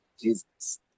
Jesus